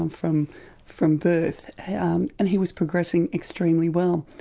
um from from birth and he was progressing extremely well.